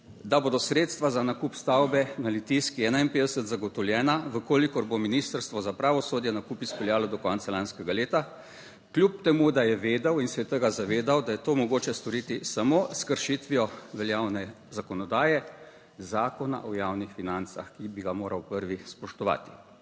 da bodo sredstva za nakup stavbe na Litijski 51 zagotovljena, v kolikor bo ministrstvo za pravosodje nakup izpeljalo do konca lanskega leta, kljub temu, da je vedel in se je tega zavedal, da je to mogoče storiti samo s kršitvijo veljavne zakonodaje, Zakona o javnih financah, ki bi ga moral prvi spoštovati.